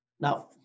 Now